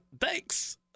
thanks